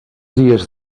dies